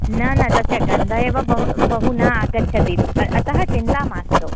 न न तस्य गन्धः एव बहु बहु न आगच्छति अ अतः चिन्ता मास्तु